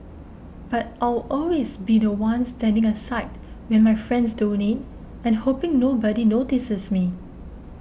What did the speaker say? but I'll always be the one standing aside when my friends donate and hoping nobody notices me